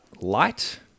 light